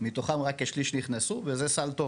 מתוכן רק כשליש נכנסו וזה סל טוב